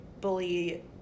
bully